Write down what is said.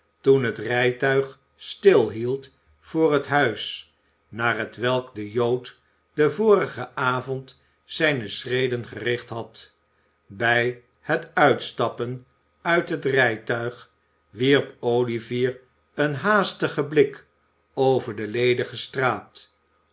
toen het rijtuig stilhield voor het huis naar hetwelk de jood den vorigen avond zijne schreden gericht had bij het uitstappen uit het rijtuig wierp olivier een haastigen blik over de ledige straat